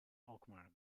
alkmaar